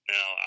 Now